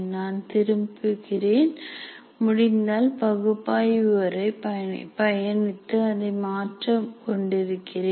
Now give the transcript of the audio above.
நான் திருப்புகிறேன் முடிந்தால் பகுப்பாய்வு வரை பயணித்து அதை மாற்றிக் கொண்டிருக்கிறேன்